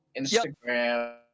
instagram